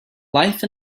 life